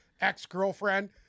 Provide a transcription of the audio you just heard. ex-girlfriend